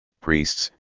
priests